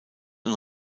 und